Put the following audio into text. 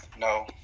no